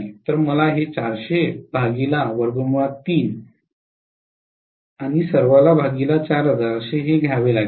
तर मला हे असे घ्यावे लागेल